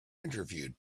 interviewed